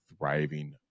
thriving